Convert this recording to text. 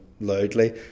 loudly